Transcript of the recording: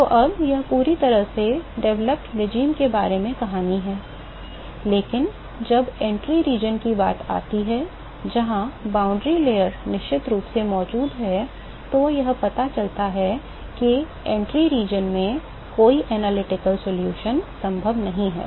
तो अब यह पूरी तरह से विकसित शासन के बारे में कहानी है लेकिन जब प्रवेश क्षेत्र की बात आती है जहां सीमा परत निश्चित रूप से मौजूद है तो यह पता चलता है कि प्रवेश क्षेत्र में कोई विश्लेषणात्मक समाधान संभव नहीं है